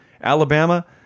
Alabama